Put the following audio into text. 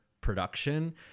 production